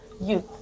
youth